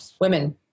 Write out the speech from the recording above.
Women